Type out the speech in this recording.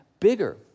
bigger